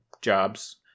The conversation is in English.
jobs